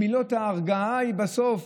מילות ההרגעה הן בסוף.